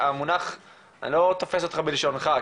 אני לא תופס אותך בלשונך,